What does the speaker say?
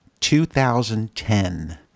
2010